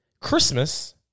Christmas